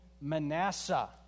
Manasseh